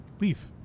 leave